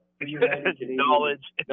knowledge